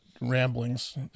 ramblings